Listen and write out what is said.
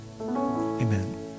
amen